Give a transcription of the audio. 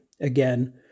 again